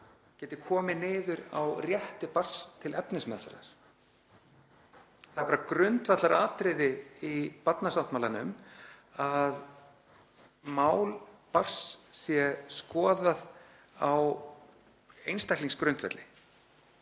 geti komið niður á rétti þess til efnismeðferðar. Það er bara grundvallaratriði í barnasáttmálanum að mál barns sé skoðað á einstaklingsgrundvelli.